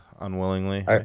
unwillingly